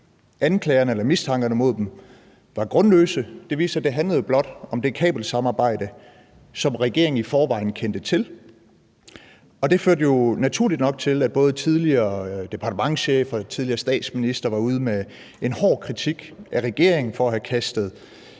Anklagerne eller mistankerne mod dem var grundløse. Det viste sig, at det blot handlede om det kabelsamarbejde, som regeringen i forvejen kendte til, og det førte jo naturligt nok til, at både den tidligere departementschef og den tidligere statsminister var ude med en hård kritik af regeringen for at have kastet